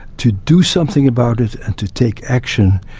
to do something about it and to take action,